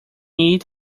eat